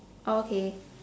okay